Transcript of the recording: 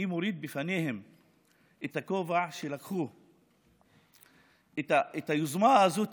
אני מוריד את הכובע בפניהם על שלקחו את היוזמה הזאת,